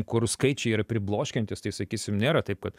kur skaičiai yra pribloškiantys tai sakysim nėra taip kad